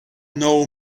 know